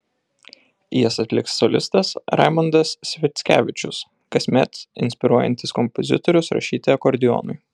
jas atliks solistas raimondas sviackevičius kasmet inspiruojantis kompozitorius rašyti akordeonui